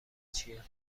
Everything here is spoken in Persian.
چیه